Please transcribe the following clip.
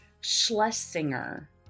Schlesinger